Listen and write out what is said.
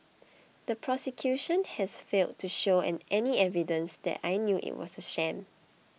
the prosecution has failed to show any any evidence that I knew it was a sham